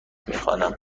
میخوانم